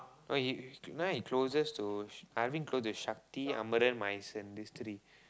no he is is now he closest to Sh~ Naveen close to Shakti these three